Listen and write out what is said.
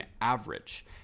average